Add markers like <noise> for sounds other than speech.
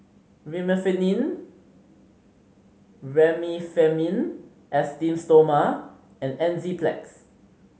<unintelligible> Remifemin Esteem Stoma and Enzyplex